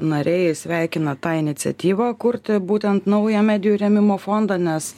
nariai sveikina tą iniciatyvą kurti būtent naują medijų rėmimo fondą nes